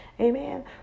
Amen